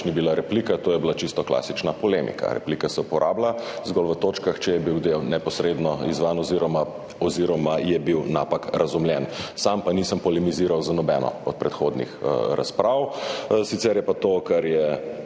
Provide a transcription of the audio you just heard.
ni bila replika, to je bila čisto klasična polemika, replika se uporablja zgolj v točkah, če je bil del neposredno izzvan oziroma je bil napak razumljen. Sam pa nisem polemiziral z nobeno od predhodnih razprav. Sicer je pa to, kar je